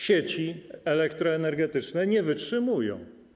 Sieci elektroenergetyczne nie wytrzymują.